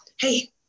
hey